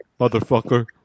motherfucker